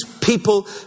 people